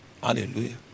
Hallelujah